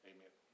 Amen